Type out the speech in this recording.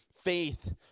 faith